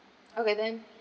okay then